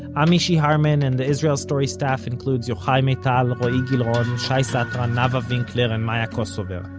i'm mishy harman, and the israel story staff includes yochai maital, roee gilron, shai satran, nava winkler and maya kosover.